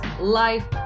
life